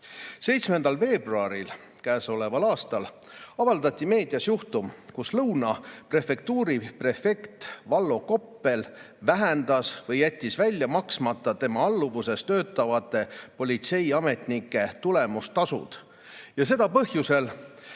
7. veebruaril käesoleval aastal avaldati meedias [info] juhtumi kohta, kus Lõuna prefektuuri prefekt Vallo Koppel vähendas või jättis välja maksmata tema alluvuses töötavate politseiametnike tulemustasud ja seda põhjusel,